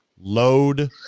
Load